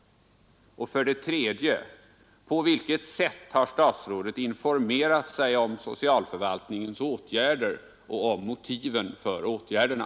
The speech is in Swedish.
3. På vilket sätt har statsrådet informerat sig om socialförvaltningens åtgärder och om motiven för åtgärderna?